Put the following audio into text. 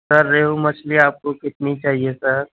سر ریہو مچھلی آپ کو کتنی چاہیے سر